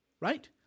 right